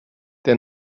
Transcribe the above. der